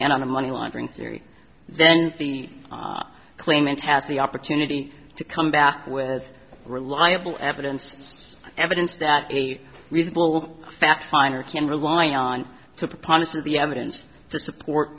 and on the money laundering theory then the claimant has the opportunity to come back with reliable evidence evidence that any reasonable fact finder can rely on